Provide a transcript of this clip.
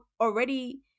already